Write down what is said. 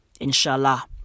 Inshallah